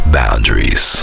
boundaries